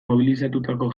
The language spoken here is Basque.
mobilizatutako